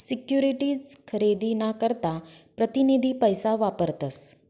securities खरेदी ना करता प्रतीनिधी पैसा वापरतस